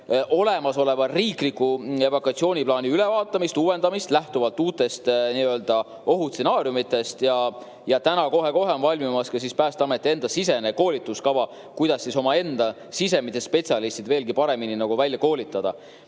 olemasoleva riikliku evakuatsiooniplaani ülevaatamist ja uuendamist lähtuvalt uutest ohustsenaariumidest. Kohe-kohe on valmimas ka Päästeameti enda sisemine koolituskava, kuidas omaenda spetsialistid veelgi paremini välja koolitada.